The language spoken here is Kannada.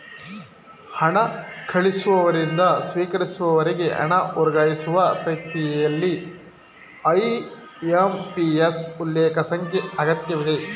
ಹಣ ಕಳಿಸುವವರಿಂದ ಸ್ವೀಕರಿಸುವವರಿಗೆ ಹಣ ವರ್ಗಾಯಿಸುವ ಪ್ರಕ್ರಿಯೆಯಲ್ಲಿ ಐ.ಎಂ.ಪಿ.ಎಸ್ ಉಲ್ಲೇಖ ಸಂಖ್ಯೆ ಅಗತ್ಯವಿದೆ